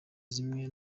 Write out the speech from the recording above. zimwe